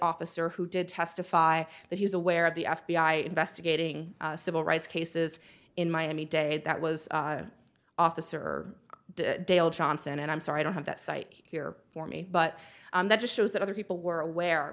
officer who did testify that he was aware of the f b i investigating civil rights cases in miami dade that was officer dale johnson and i'm sorry i don't have that cite here for me but that just shows that other people were aware